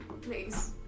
please